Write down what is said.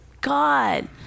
God